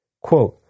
Quote